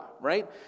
right